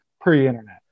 pre-internet